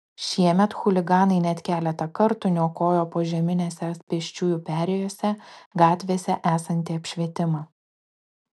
šiemet chuliganai net keletą kartų niokojo požeminėse pėsčiųjų perėjose gatvėse esantį apšvietimą